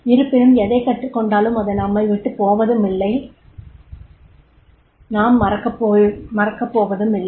இருப்பினும் எதைக் கற்றுக்கொண்டாலும் அது நம்மைவிட்டுப் போவதுமில்லை நாம் மறக்கப் போவதுமில்லை